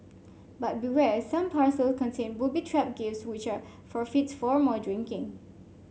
but beware some parcel contain booby trap gifts which are forfeits for more drinking